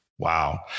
Wow